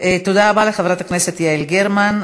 רבה לחברת הכנסת יעל גרמן.